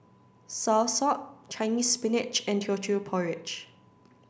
Soursop Chinese Spinach and Teochew Porridge